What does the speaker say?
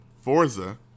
Forza